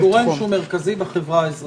גורם המרכזי בחברה האזרחית.